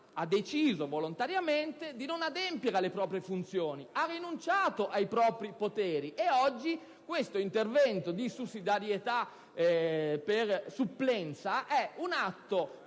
ha deciso volontariamente di non adempiere alle proprie funzioni, ha rinunciato ai propri poteri. Oggi questo intervento di sussidiarietà per supplenza è un atto